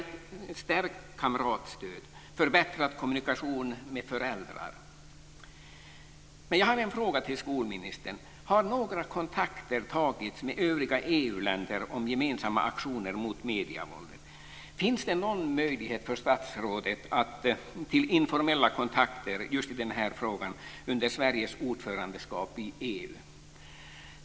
Ett stärkt kamratstöd och förbättrad kommunikation med föräldrar är också viktigt. Jag har en fråga till skolministern. Har några kontakter tagits med övriga EU-länder om gemensamma aktioner mot medievåldet? Finns det någon möjlighet för statsrådet till informella kontakter i den frågan under Sveriges ordförandeskap i EU?